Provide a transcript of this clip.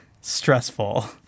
stressful